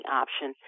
option